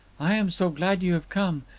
i am so glad you have come,